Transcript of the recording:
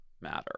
matter